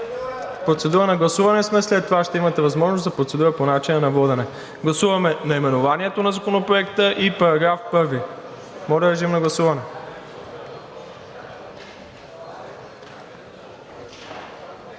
В процедура на гласуване сме, след това ще имате възможност за процедура по начина на водене. Гласуваме наименованието на Законопроекта и § 1. Колеги, отменям това гласуване,